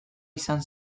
izan